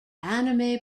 anime